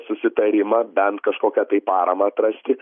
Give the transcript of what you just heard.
susitarimą bent kažkokią tai paramą atrasiti